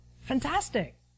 Fantastic